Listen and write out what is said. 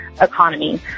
economy